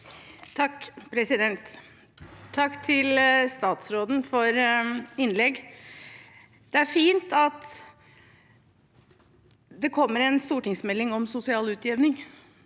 (H) Takk til statsråd- en for innlegget. Det er fint at det kommer en stortingsmelding om sosial utjevning.